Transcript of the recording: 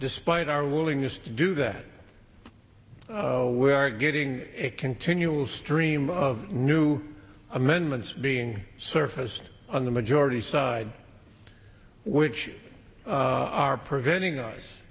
despite our willingness to do that we are getting a continual stream of new amendments being surfaced on the majority side which are preventing us